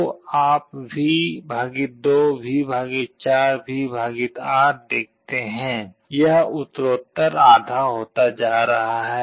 तो आप V 2 V 4 V 8 देखते हैं यह उत्तरोत्तर आधा होता जा रहा है